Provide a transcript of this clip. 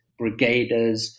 brigaders